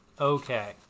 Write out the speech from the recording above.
Okay